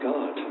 God